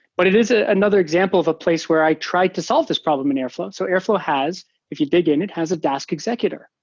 but it is ah another example of a place where i tried to solve this problem in airflow. so airflow, if you dig in it, has a dask executor,